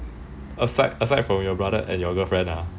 aside from your brother and your girlfriend ah